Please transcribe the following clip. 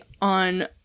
on